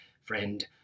Friend